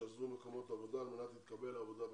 שעזבו מקומות עבודה על מנת להתקבל לעבודה בנמל.